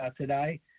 today